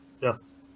Yes